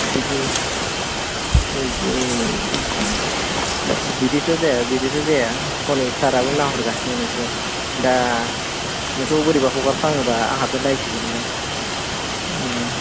बिदि नों बिदि बिदि बिदिथ' जाया बिदिथ' जाया हनै साराबो नाहरगासिनो नोंखौ दा नोंखौ बोरैबा हगारफ्ला ङोबा आंहाबो दायसो गोलैगोन दे